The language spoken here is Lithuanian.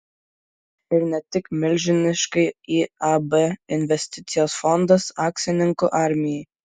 ir ne tik milžiniškai iab investicijos fondas akcininkų armijai